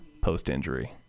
post-injury